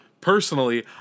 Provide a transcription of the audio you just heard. personally